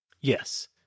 Yes